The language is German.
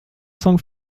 song